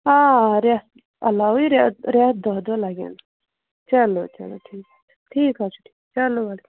آ رٮ۪تھ علاوٕے رٮ۪تھ رٮ۪تھ دٔہ دۄہ لَگن چلو چلو ٹھیٖک ٹھیٖک حظ چھُ ٹھیٖک چلو اَدٕ حظ